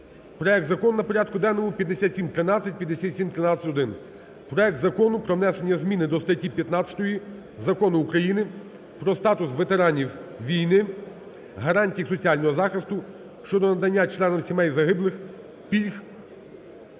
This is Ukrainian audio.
проект закону на порядку денному 5713, 5713-1 – проект Закону про внесення зміни до статті 15 Закону України "Про статус ветеранів війни, гарантії їх соціального захисту" щодо надання членам сімей загиблих пільг.